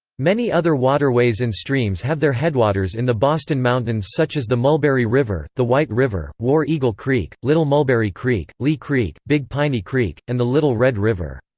many other waterways and streams have their headwaters in the boston mountains such as the mulberry river, the white river, war eagle creek, little mulberry creek, lee creek, big big piney creek, and the little red river.